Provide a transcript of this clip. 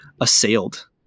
assailed